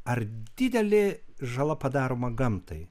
ar didelė žala padaroma gamtai